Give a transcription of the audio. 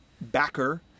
backer